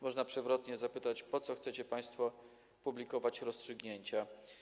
Można przewrotnie zapytać: Po co chcecie państwo publikować rozstrzygnięcia?